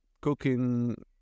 Cooking